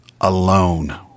alone